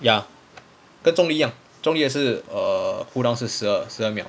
ya 跟 zhong li 一样 zhong li 的是 err cool down 是十二十二秒